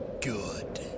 good